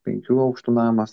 penkių aukštų namas